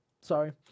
sorry